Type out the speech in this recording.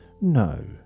no